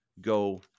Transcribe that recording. Go